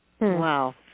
Wow